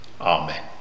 Amen